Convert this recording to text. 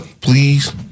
please